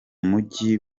mujyi